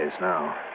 now